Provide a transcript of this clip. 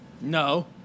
No